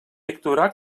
actuarà